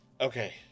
Okay